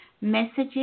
messages